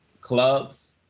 clubs